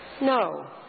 No